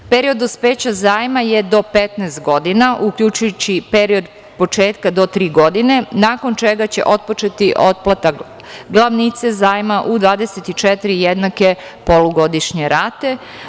Period dospeća zajma je do 15 godina, uključujući period početka do tri godine nakon čega će otpočeti otplata glavnice zajma u 24 jednake polugodišnje rate.